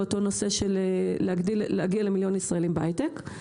המענה לעמידה ביעד של מיליון ישראלים בהייטק.